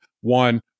one